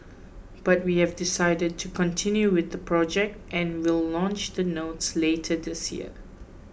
but we have decided to continue with the project and will launch the notes later this year